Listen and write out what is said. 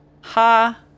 Ha